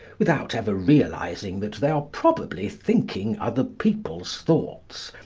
without ever realising that they are probably thinking other people's thoughts,